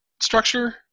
structure